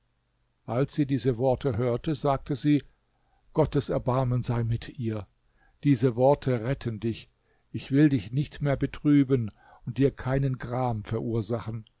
als sie diese worte hörte sagte sie gottes erbarmen sei mit ihr diese worte retten dich ich will dich nicht mehr betrüben und dir keinen gram verursachen